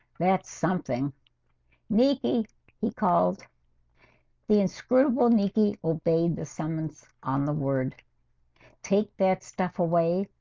that's something nietzsche he called the inscrutable nikki obeyed the summons on the word take that stuff away,